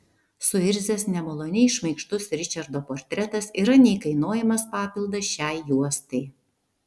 suirzęs nemaloniai šmaikštus ričardo portretas yra neįkainojamas papildas šiai juostai